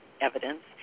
evidence